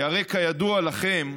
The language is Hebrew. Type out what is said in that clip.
כי הרי כידוע לכם,